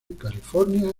california